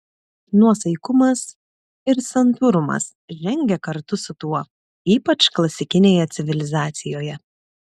nuosaikumas ir santūrumas žengė kartu su tuo ypač klasikinėje civilizacijoje